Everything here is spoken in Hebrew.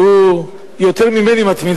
שהוא יותר ממני מתמיד,